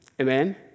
Amen